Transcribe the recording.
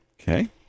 Okay